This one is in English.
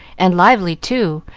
and lively, too,